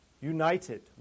united